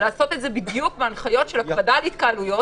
לעשות את זה בדיוק בהנחיות של הקפדה על התקהלויות